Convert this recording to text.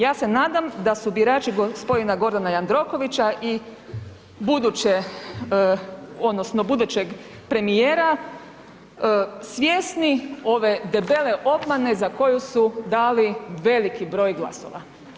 Ja se nadam da su birači g. Gordana Jandrovića i buduće odnosno budućeg premijera svjesni ove debele obmane za koju su dali veliki broj glasova.